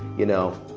you know,